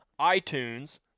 iTunes